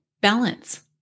balance